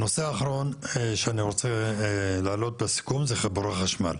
הנושא האחרון שאני רוצה להעלות בסיכום זה חיבורי חשמל.